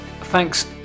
thanks